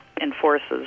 enforces